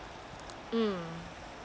um